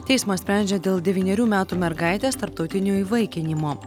teismas sprendžia dėl devynerių metų mergaitės tarptautinio įvaikinimo